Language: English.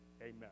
amen